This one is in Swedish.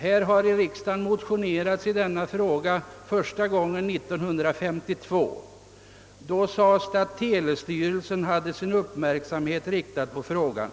I denna fråga har man motionerat första gången 1952. Då hette det att telestyrelsen hade sin uppmärksamhet riktad på frågan.